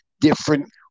different